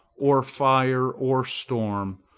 or fire, or storm,